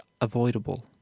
avoidable